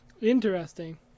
interesting